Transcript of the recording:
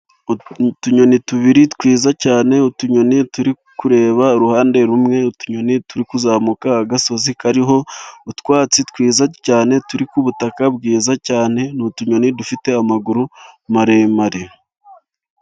Utunyoni tubiri twiza cyane, utunyoni turi kureba uruhande rumwe ,utunyoni turi kuzamuka agasozi kariho utwatsi twiza cyane, turi kubutaka bwiza cyane, ni utunyoni dufite amaguru maremare